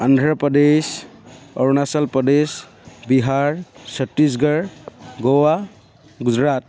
Andhra Pradesh Arunachal Pradesh Bihar Chhattisgarh Goa Gujarat